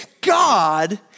God